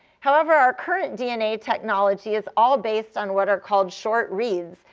however, our current dna technology is all based on what are called short reads.